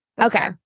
Okay